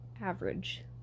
average